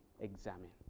examine